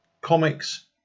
Comics